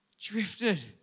drifted